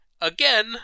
again